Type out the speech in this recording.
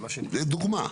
לדוגמה?